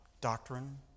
doctrine